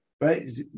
right